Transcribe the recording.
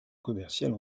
commerciales